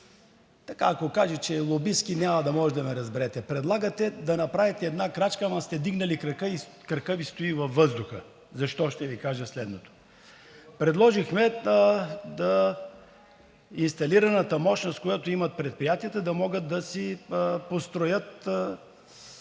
пак… Ако кажа, че е лобистки, няма да можете да ме разберете. Предлагате да направите една крачка, ама сте вдигнали крак и кракът Ви стои във въздуха. Защо? Ще Ви кажа следното: предложихме с инсталираната мощност, която имат предприятията, да могат да си построят